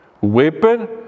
weapon